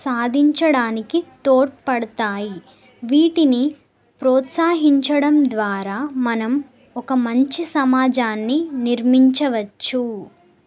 సాధించడానికి తోడ్పడతాయి వీటిని ప్రోత్సహించడం ద్వారా మనం ఒక మంచి సమాజాన్ని నిర్మించవచ్చు